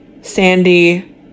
Sandy